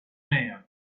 man